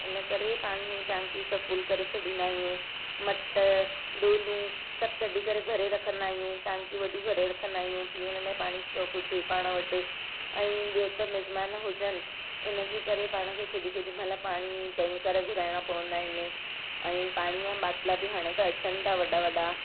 इन करे पाणआ जी टांकियूं सभु फुल करे छॾींदा आहियूं मट डोलूं सब कढी करे भरे रखंदा आहियूं टांकियूं वॾियूं भरे रखंदा आहियूं पीअण लाइ पाणी स्टॉक हुजे पाण वटि ऐं ॿियो त मेज़मान हुजनि इनजे करे पाण खे केॾी केॾीमहिल पाणी टेंकर घुराइणा पवंदा आहिनि ऐं पाणीअ बाटला बि हाणे त अचनि ता वॾा वॾा